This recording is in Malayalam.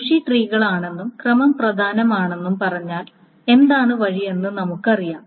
ബുഷി ട്രീകളാണെന്നും ക്രമം പ്രധാനമാണെന്നും പറഞ്ഞാൽ എന്താണ് വഴി എന്ന് നമുക്കറിയാം